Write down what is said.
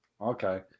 okay